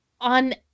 on